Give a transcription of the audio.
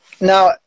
Now